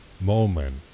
moment